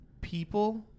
people